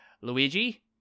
Luigi